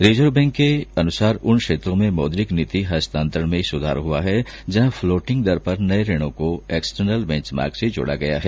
reserve bank के अनुसार उन क्षेत्रों में मौद्रिक नीति हस्तांतरण में सुधार हुआ है जहां फ्लोटिंग दर पर नए ऋणों को एक्सटर्नल बेंचमार्क से जोड़ा गया है